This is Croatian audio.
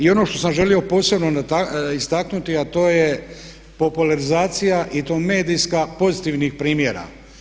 I ono što sam želio posebno istaknuti a to je popularizacija i to medijska pozitivnih primjera.